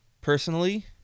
personally